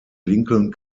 lincoln